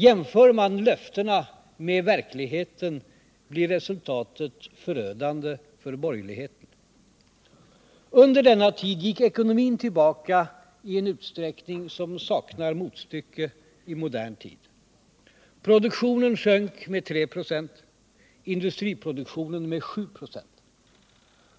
Jämför man löftena med verkligheten, blir resultatet förödande för borgerligheten. Under denna tid gick ekonomin tillbaka i en utsträckning som saknar motstycke i modern tid. Produktionen sjönk med 3 96, industriproduktionen med 7 926.